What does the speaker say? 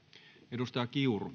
arvoisa